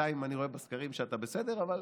בינתיים אני רואה בסקרים שאתה בסדר, אבל